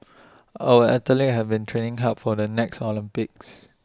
our athletes have been training hard for the next Olympics